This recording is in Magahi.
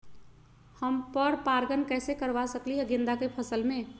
हम पर पारगन कैसे करवा सकली ह गेंदा के फसल में?